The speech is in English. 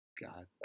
God